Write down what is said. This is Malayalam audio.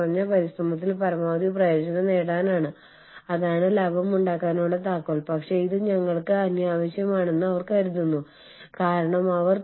കൂടാതെ നിങ്ങൾ അവരോട് എങ്ങനെ പെരുമാറുന്നു അവരുടെ താൽപ്പര്യങ്ങൾ എങ്ങനെ പരിപാലിക്കുന്നു എന്നത് നിങ്ങൾ വളരെ ഗൌരവമായി ചിന്തിക്കേണ്ട ഒരു കാര്യമാണ്